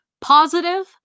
positive